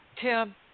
Tim